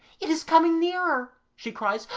it is coming nearer she cries.